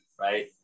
right